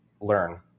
learn